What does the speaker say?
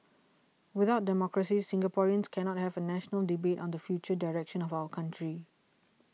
without democracy Singaporeans cannot have a national debate on the future direction of our country